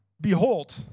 behold